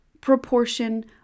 proportion